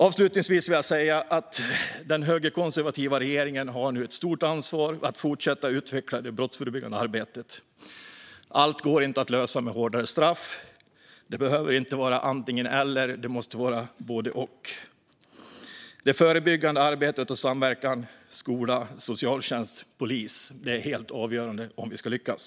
Avslutningsvis vill jag säga att den högerkonservativa regeringen nu har ett stort ansvar att fortsätta utveckla det brottsförebyggande arbetet. Allt går inte att lösa med hårdare straff. Det behöver inte vara antingen eller, utan det måste var både och. Det förebyggande arbetet och samverkan mellan skola, socialtjänst och polis är helt avgörande om vi ska lyckas.